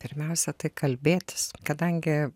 pirmiausia tai kalbėtis kadangi